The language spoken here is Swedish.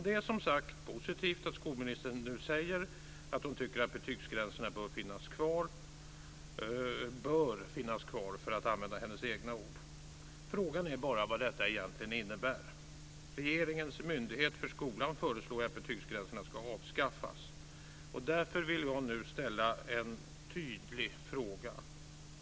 Det är som sagt positivt att skolministern säger att hon tycker att betygsgränserna bör finnas kvar - för att använda hennes egna ord. Frågan är bara vad detta egentligen innebär. Regeringens myndighet för skolan föreslår att betygsgränserna ska avskaffas. Därför vill jag nu ställa en tydlig fråga.